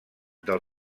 del